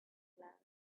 love